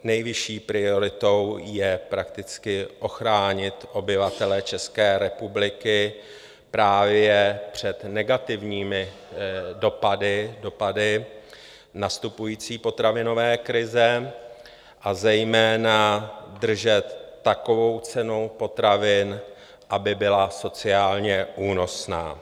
Nejvyšší prioritou je ochránit obyvatele České republiky právě před negativními dopady nastupující potravinové krize, a zejména držet takovou cenu potravin, aby byla sociálně únosná.